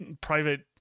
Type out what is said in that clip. private